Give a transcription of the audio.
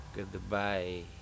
Goodbye